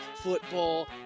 football